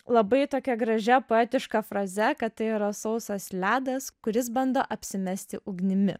labai tokia gražia poetiška fraze kad tai yra sausas ledas kuris bando apsimesti ugnimi